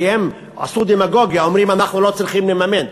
כי הם עשו דמגוגיה, אמרו: אנחנו לא צריכים לממן.